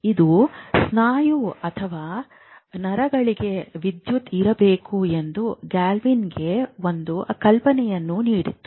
ಇದು ಸ್ನಾಯು ಅಥವಾ ನರಗಳಿಗೆ ವಿದ್ಯುತ್ ಇರಬೇಕು ಎಂದು ಗಾಲ್ವಾನಿಗೆ ಒಂದು ಕಲ್ಪನೆಯನ್ನು ನೀಡಿತು